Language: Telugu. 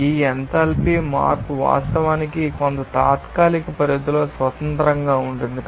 ఈ ఎంథాల్పీ మార్పు వాస్తవానికి కొంత తాత్కాలిక పరిధిలో స్వతంత్రంగా ఉంటుంది